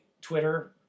Twitter